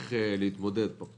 איך להתמודד טוב יותר.